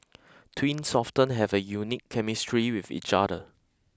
twins often have a unique chemistry with each other